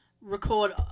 record